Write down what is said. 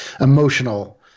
emotional